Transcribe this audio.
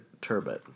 turbot